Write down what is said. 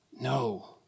No